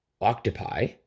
octopi